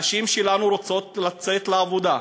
הנשים שלנו רוצות לצאת לעבודה,